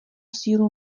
sílu